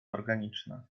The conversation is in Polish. organiczna